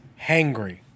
hangry